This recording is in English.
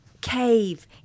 cave